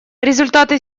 результаты